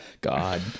God